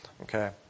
Okay